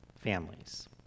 families